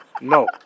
no